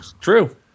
True